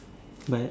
but